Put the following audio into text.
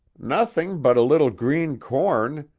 nothing but a little green corn.